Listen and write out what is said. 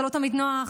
זה לא תמיד נוח,